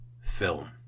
film